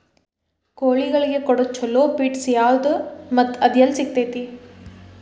ಕೋಳಿಗಳಿಗೆ ಕೊಡುವ ಛಲೋ ಪಿಡ್ಸ್ ಯಾವದ ಮತ್ತ ಅದ ಎಲ್ಲಿ ಸಿಗತೇತಿ?